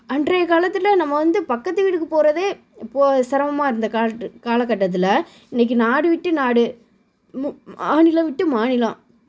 அன்றைய காலத்தில் நம்ம வந்து பக்கத்து வீட்டுக்கு போகிறதே இப்போது சிரமமாக இருந்த கால்ட்டு காலகட்டத்தில் இன்றைக்கி நாடு விட்டு நாடு மு மாநிலம் விட்டு மாநிலம்